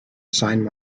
sign